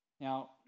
Now